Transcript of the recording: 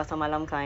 oh